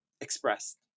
expressed